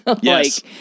Yes